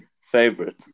favorite